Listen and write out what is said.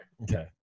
Okay